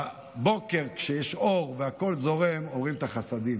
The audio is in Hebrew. בבוקר, כשיש אור והכול זורם, רואים את החסדים.